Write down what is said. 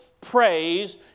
praise